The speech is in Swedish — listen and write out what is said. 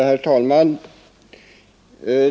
Herr talman!